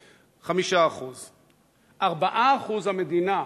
5%. 4% המדינה.